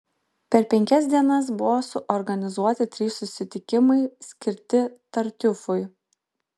per penkias dienas buvo suorganizuoti trys susitikimai skirti tartiufui